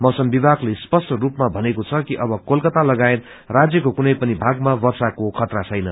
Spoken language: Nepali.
मौसम विभागले स्पष्ट रूपमा भनेको छ कि अब कोलकाता लगायत राज्यको कुनै पनि भागमा र्वषाको खतरा छैन